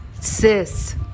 SIS